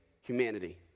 humanity